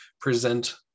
present